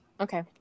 Okay